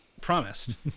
promised